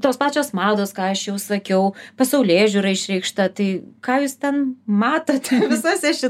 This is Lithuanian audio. tos pačios mados ką aš jau sakiau pasaulėžiūra išreikšta tai ką jūs ten matote visuose ši